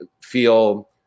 feel